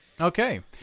Okay